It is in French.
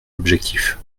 objectif